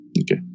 Okay